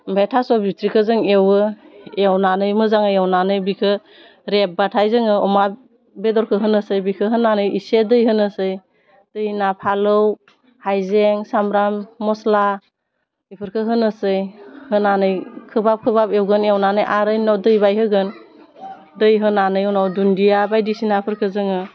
आमफाय थास' बिथ्रिखौ जों एवो एवनानै मोजाङै एवनानै बिखौ रेबबाथाय जोङो अमा बेदरखौ होनोसै बिखो होनानै एसे दै होनोसै दै होना फालौ हाइजें सामब्राम मस्ला बेफोरखौ होनोसै होनानै खोबहाब खोबहाब एवगोन एवनानै आरो उनाव दै बाइ होगोन दै होनानै उनाव दुन्दिया बायदिसिनाफोरखो जोङो